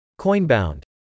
Coinbound